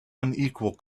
unequal